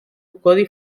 codi